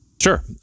Sure